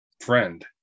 friend